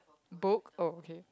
book oh okay